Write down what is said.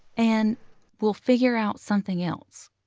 and we'll figure out something else.